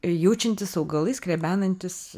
jaučiantys augalai skrebenantys